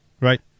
Right